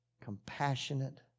compassionate